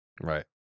Right